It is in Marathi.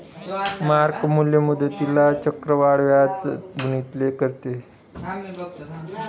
मार्क मूल्य मुद्दलीला चक्रवाढ व्याजाने गुणिले करते